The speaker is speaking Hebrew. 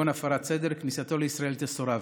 כגון הפרת סדר, כניסתו לישראל תסורב.